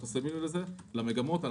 אנחנו שמים לב למגמות הללו,